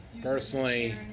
personally